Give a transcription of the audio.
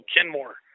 Kenmore